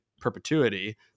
perpetuity